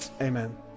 Amen